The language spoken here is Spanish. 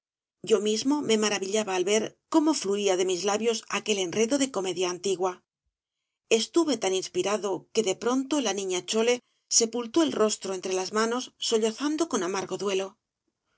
yo mismo me maravillaba al ver cómo fluía de mis labios aquel enredo de comedia antigua estuve tan inspirado que de pronto la niña chole sepultó el rostro entre las manos sollozando con amargo duelo